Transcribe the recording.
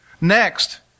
Next